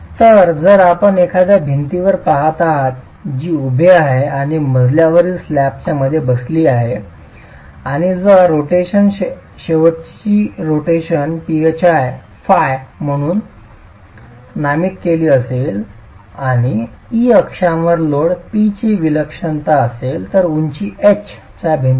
तर जर आपण एखाद्या भिंतीवर पहात आहात जी उभे आहे आणि मजल्यावरील स्लॅबच्या मधे बसली आहे आणि जर रोटेशन शेवटची रोटेशन phi म्हणून नामित केली गेली असेल आणि e अक्षांश लोड P ची विलक्षणता असेल तर उंची H च्या भिंतीसाठी